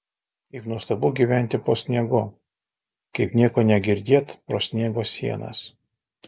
kaip nuostabu gyventi po sniegu kaip nieko negirdėt pro sniego sienas